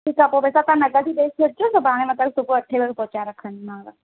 ठीकु आहे पोइ पैसा नगद ई ॾेई छॾिजो हाणे मता सुबुह अठे बजे पोहचाए रखंदीमाव